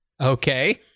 okay